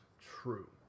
true